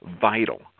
vital